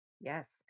Yes